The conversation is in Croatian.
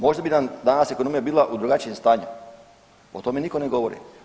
Možda bi nam danas ekonomija bila u drugačijem stanju, o tome nitko ne govori.